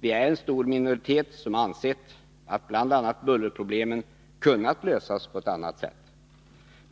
Vi är en stor minoritet, som har ansett att bl.a. bullerproblemen hade kunnat lösas på annat sätt.